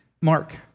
Mark